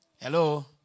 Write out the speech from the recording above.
Hello